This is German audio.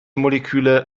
moleküle